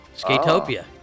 Skatopia